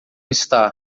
está